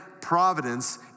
providence